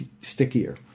stickier